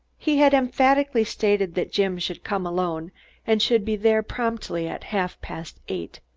he had emphatically stated that jim should come alone and should be there promptly at half-past eight.